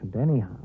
anyhow